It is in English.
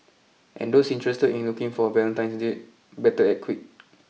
and those interested in looking for a Valentine's date better act quick